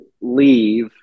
leave